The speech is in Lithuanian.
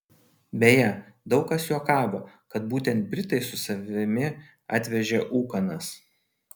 beje daug kas juokavo kad būtent britai su savimi atvežė ūkanas